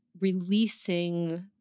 releasing